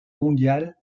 mondiale